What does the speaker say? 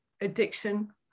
addiction